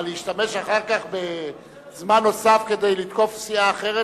אבל להשתמש אחר כך בזמן נוסף כדי לתקוף סיעה אחרת,